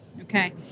Okay